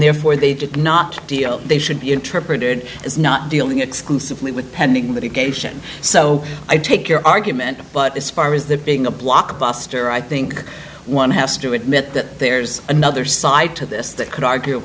therefore they did not feel they should be interpreted as not dealing exclusively with pending litigation so i take your argument but as far as that being a blockbuster i think one has to admit that there's another side to this that could